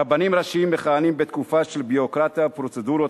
רבנים ראשיים מכהנים בתקופה של ביורוקרטיה ופרוצדורות,